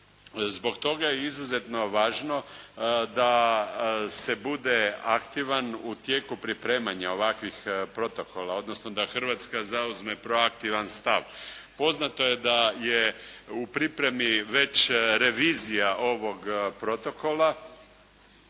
Zbog toga je izuzetno važno da se bude aktivan u tijeku pripremanja ovakvih protokola, odnosno da Hrvatska zauzme proaktivan stav. Poznato je da je u pripremi već revizija ovog protokola